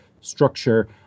structure